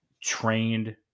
trained